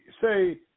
say